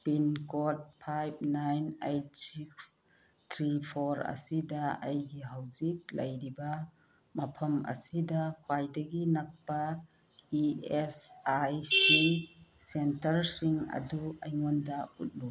pin code five nine eight six three four ꯑꯁꯤꯗ ꯑꯩꯒꯤ ꯍꯧꯖꯤꯛ ꯂꯩꯔꯤꯕ ꯃꯐꯝ ꯑꯁꯤꯗ ꯈ꯭ꯋꯥꯏꯗꯒꯤ ꯅꯛꯄ ꯏ ꯑꯦꯁ ꯑꯥꯏ ꯁꯤ ꯁꯦꯟꯇꯔꯁꯤꯡ ꯑꯗꯨ ꯑꯩꯉꯣꯟꯗ ꯎꯠꯂꯨ